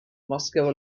moscow